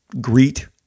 greet